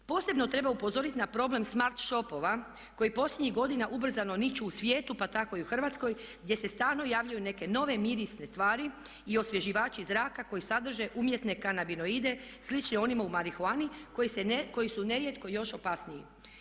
Posebno treba upozoriti na problem smart shopova koji posljednjih godina ubrzano niću u svijetu pa tako i u Hrvatskoj gdje se stalno javljaju neke nove mirisne tvari i osvježivači zraka koji sadrže umjetne kanabinoide sličnim onima u marihuani koji su nerijetko još opasniji.